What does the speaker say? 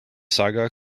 saga